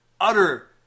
Utter